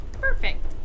Perfect